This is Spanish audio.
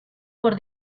por